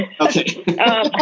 Okay